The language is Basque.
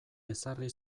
ezarri